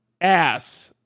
Ass